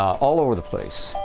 all over the place.